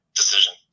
decision